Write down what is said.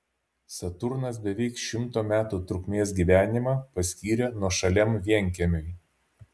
saturnas beveik šimto metų trukmės gyvenimą paskyrė nuošaliam vienkiemiui